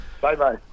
Bye-bye